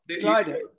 glider